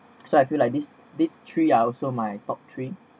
so I feel like this these three are also my top three